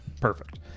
perfect